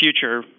future